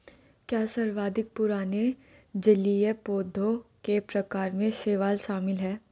क्या सर्वाधिक पुराने जलीय पौधों के प्रकार में शैवाल शामिल है?